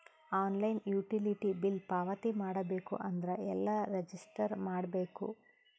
Online utility bill ಪಾವತಿ ಮಾಡಬೇಕು ಅಂದ್ರ ಎಲ್ಲ ರಜಿಸ್ಟರ್ ಮಾಡ್ಬೇಕು?